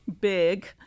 big